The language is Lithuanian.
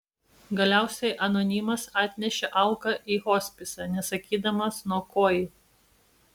galiausiai anonimas atnešė auką į hospisą nesakydamas nuo ko ji